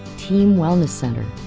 team wellness center.